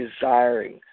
desiring